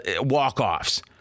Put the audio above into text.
walk-offs